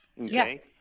Okay